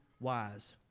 wise